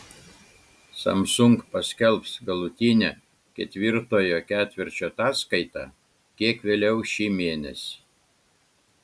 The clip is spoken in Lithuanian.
samsung paskelbs galutinę ketvirtojo ketvirčio ataskaitą kiek vėliau šį mėnesį